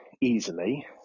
easily